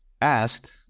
asked